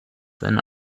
seine